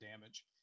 damage